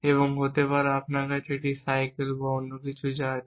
এবং হতে পারে আপনার কাছে একটি সাইকেল বা অন্য কিছু যা আছে